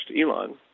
Elon